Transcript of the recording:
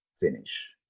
finish